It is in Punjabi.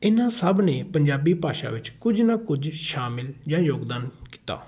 ਇਹਨਾਂ ਸਭ ਨੇ ਪੰਜਾਬੀ ਭਾਸ਼ਾ ਵਿੱਚ ਕੁਝ ਨਾ ਕੁਝ ਸ਼ਾਮਿਲ ਜਾਂ ਯੋਗਦਾਨ ਕੀਤਾ